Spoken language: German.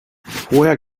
vorher